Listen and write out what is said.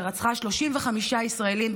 שרצחה 35 ישראלים,